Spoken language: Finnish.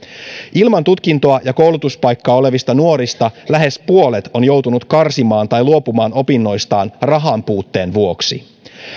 ilman tutkintoa ja koulutuspaikkaa olevista nuorista lähes puolet on joutunut karsimaan tai luopumaan opinnoistaan rahanpuutteen vuoksi